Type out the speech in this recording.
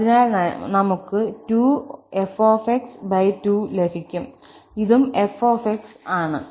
അതിനാൽ നമുക് 2 f2 ലഭിക്കും ഇതും f ആണ്